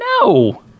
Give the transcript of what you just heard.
No